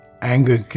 anger